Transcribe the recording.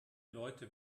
leute